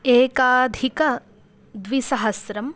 एकाधिकद्विसहस्रम्